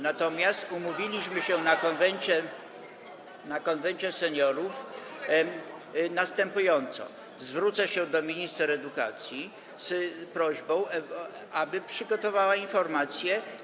Natomiast umówiliśmy się na posiedzeniu Konwentu Seniorów następująco: Zwrócę się do minister edukacji z prośbą, aby przygotowała informację.